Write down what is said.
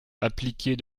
appliqués